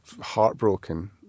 heartbroken